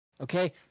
Okay